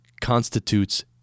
constitutes